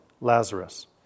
Lazarus